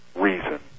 reason